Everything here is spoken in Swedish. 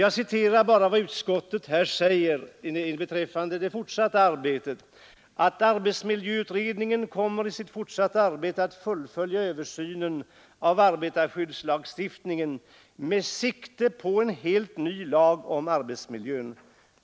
Jag hänvisar härvidlag till vad utskottet i sitt betänkande säger om det fortsatta reformarbetet: ”Arbetsmiljöutredningen kommer i sitt fortsatta arbete att fullfölja översynen av arbetarskyddslagstiftningen med sikte på en helt ny lag om arbetsmiljön.